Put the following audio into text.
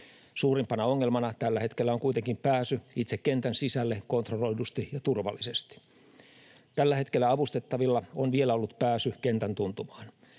Suurimpana ongelmana tällä hetkellä on kuitenkin pääsy itse kentän sisälle kontrolloidusti ja turvallisesti. Tällä hetkellä avustettavilla on vielä ollut pääsy kentän tuntumaan.